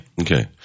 Okay